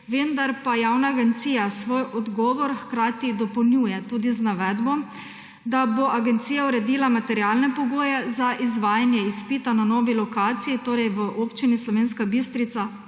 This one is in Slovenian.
vendar pa javna agencija svoj odgovor hkrati dopolnjuje tudi z navedbo, da bo agencija uredila materialne pogoje za izvajanje izpita na novi lokaciji, torej v Občini Slovenska Bistrica,